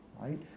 right